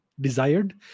desired